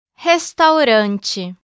Restaurante